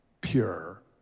pure